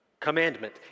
commandment